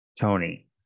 Tony